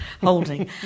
holding